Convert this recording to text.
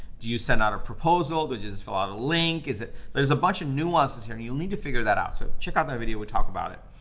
do you send out a proposal to just fill out a link? is it. there's a bunch of nuances here and you'll need to figure that out. so check out the video, we talk about it.